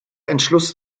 entschluss